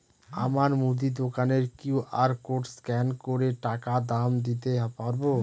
আমার মুদি দোকানের কিউ.আর কোড স্ক্যান করে টাকা দাম দিতে পারব?